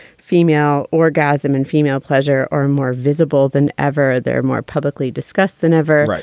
female orgasm and female pleasure are more visible than ever. they're more publicly discussed than ever. right.